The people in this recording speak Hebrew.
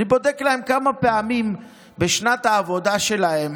אני בודק להם כמה פעמים בשנת העבודה שלהם